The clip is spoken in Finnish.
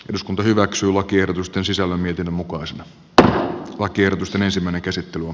eduskunta hyväksyy lakiehdotusten sisällä miten mukava se päätetään lakiehdotusten sisällöstä